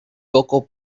loco